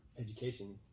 education